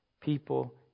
people